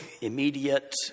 immediate